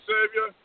Savior